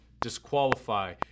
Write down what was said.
disqualify